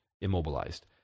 immobilized